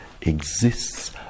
exists